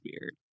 weird